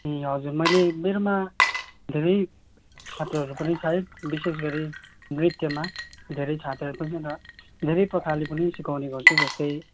ए हजुर मैले मेरोमा धेरै छात्रहरू पनि सायद विशेष गरी नृत्यमा धेरै छात्रहरू पनि धेरै प्रकारले पनि सिकाउने गर्छु जस्तै